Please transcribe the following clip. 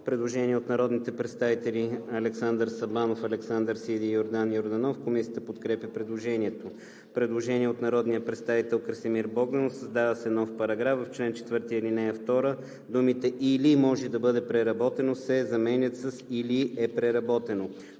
предложение на народните представители Александър Сабанов, Александър Сиди и Йордан Йорданов. Комисията подкрепя предложението. Предложение на народния представител Красимир Богданов: „Създава се §...„§... В чл. 4, ал. 2 думите „или може да бъде преработено“ се заменят с „или е преработено“.“